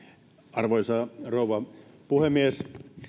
arvoisa rouva puhemies